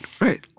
right